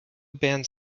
banned